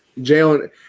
Jalen